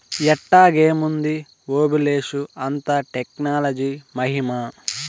ఎట్టాగేముంది ఓబులేషు, అంతా టెక్నాలజీ మహిమా